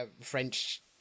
French